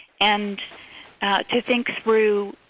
and to think through